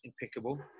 impeccable